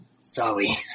Sorry